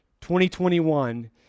2021